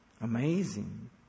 Amazing